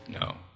No